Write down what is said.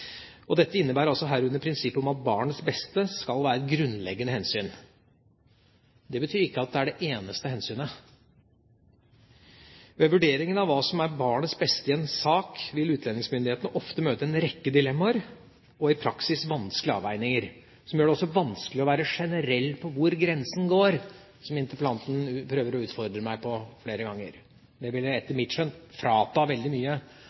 Dette innebærer herunder prinsippet om at barns beste skal være et grunnleggende hensyn. Det betyr ikke at det er det eneste hensynet. Ved vurderingen av hva som er barnets beste i en sak, vil utlendingsmyndighetene ofte møte en rekke dilemmaer, og i praksis vanskelige avveininger, som også gjør det vanskelig å være generell på hvor grensen går, som interpellanten flere ganger prøver å utfordre meg på. Det ville etter mitt skjønn frata en veldig mye